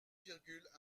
virgule